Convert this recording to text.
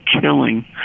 killing